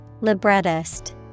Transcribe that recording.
Librettist